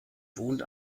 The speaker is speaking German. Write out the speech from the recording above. wohnt